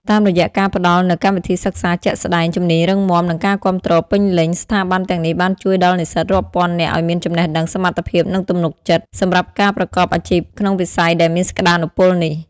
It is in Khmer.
តាមរយៈការផ្តល់នូវ កម្មវិធីសិក្សាជាក់ស្តែង ជំនាញរឹងមាំ និងការគាំទ្រពេញលេញ ស្ថាប័នទាំងនេះបានជួយដល់និស្សិតរាប់ពាន់នាក់ឱ្យមាន ចំណេះដឹង សមត្ថភាព និងទំនុកចិត្ត សម្រាប់ការប្រកបអាជីពក្នុងវិស័យដែលមានសក្តានុពលនេះ។